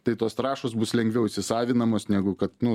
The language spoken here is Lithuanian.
tai tos trąšos bus lengviau įsisavinamos negu kad nu